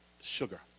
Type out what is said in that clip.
sugar